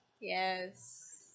Yes